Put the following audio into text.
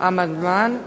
amandman